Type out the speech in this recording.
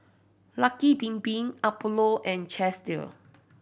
Lucky Bin Bin Apollo and Chesdale